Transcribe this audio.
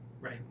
Right